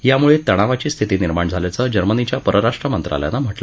यामुळे तणावाची स्थिती निर्माण झाल्याचं जर्मनीच्या परराष्ट्र मंत्रालयानं म्हटलं आहे